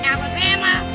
Alabama